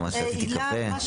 גם שתיתי קפה.